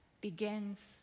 begins